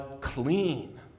clean